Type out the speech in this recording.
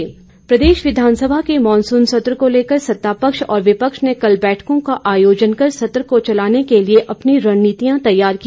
विघायक बैठक प्रदेश विघानसभा के मानसून सत्र को लेकर सत्ता पक्ष और विपक्ष ने कल बैठकों का आयोजन कर सत्र को चलाने के लिए अपनी रणनीति तैयार की